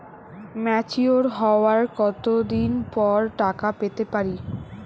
Mature হওয়ার কত দিন পর টাকা পেতে পারি?